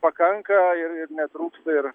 pakanka ir ir netrūksta ir